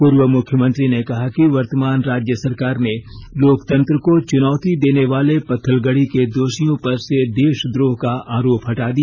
पूर्व मुख्यमंत्री ने कहा कि वर्तमान राज्य सरकार ने लोकतंत्र को चुनौती देनेवाले पत्थलगड़ी के दोषियों पर से देशद्रोह का आरोप हटा दिया